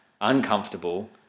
uncomfortable